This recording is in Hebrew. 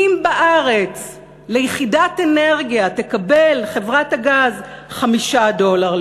אם בארץ ליחידת אנרגיה תקבל חברת הגז 5 דולר,